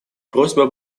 просьба